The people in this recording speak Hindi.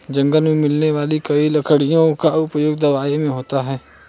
जंगल मे मिलने वाली कई लकड़ियों का उपयोग दवाई मे होता है